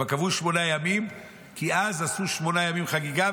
אבל קבעו שמונה ימים כי אז עשו שמונה ימים חגיגה,